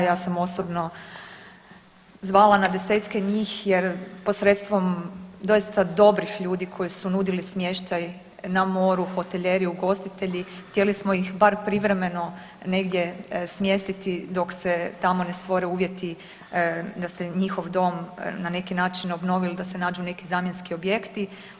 Ja sam osobno zvala na desetke njih, jer posredstvom doista dobrih ljudi koji su nudili smještaj na moru, hotelijeri, ugostitelji htjeli smo ih bar privremeno negdje smjestiti dok se tamo ne stvore uvjeti da se njihov dom na neki način obnovi ili da se nađu neki zamjenski objekti.